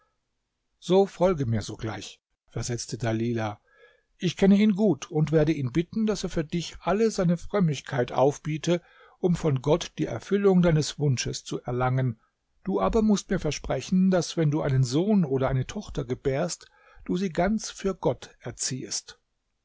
so folge mir sogleich versetzte dalilah ich kenne ihn gut und werde ihn bitten daß er für dich alle seine frömmigkeit aufbiete um von gott die erfüllung deines wunsches zu erlangen du aber mußt mir versprechen daß wenn du einen sohn oder eine tochter gebärst du sie ganz für gott erziehest